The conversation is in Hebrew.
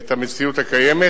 את המציאות הקיימת,